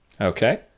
Okay